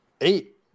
eight